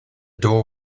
door